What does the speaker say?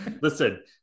Listen